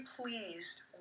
pleased